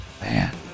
Man